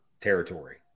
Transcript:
territory